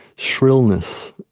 shrillness.